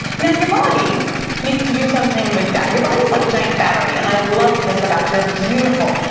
now, your body needs to do something with that. your body is like a giant battery. and i love this about your beautiful,